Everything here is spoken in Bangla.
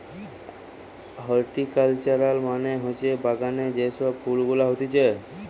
হরটিকালচার মানে হতিছে বাগানে যে সব ফুল গুলা হতিছে